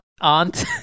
Aunt